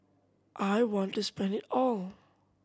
I want to spend it all